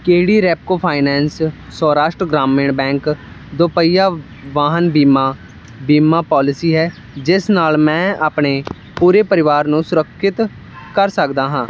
ਕਿਹੜੀ Repco finance Saurashtra Gramin bank ਦੋਪਹੀਆ ਵਾਹਨ ਬੀਮਾ ਬੀਮਾ ਪਾਲਿਸੀ ਹੈ ਜਿਸ ਨਾਲ ਮੈਂ ਆਪਣੇ ਪੂਰੇ ਪਰਿਵਾਰ ਨੂੰ ਸੁਰੱਖਿਅਤ ਕਰ ਸਕਦਾ ਹਾਂ